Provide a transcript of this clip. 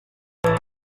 c’est